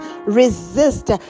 resist